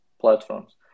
platforms